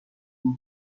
دور